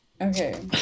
Okay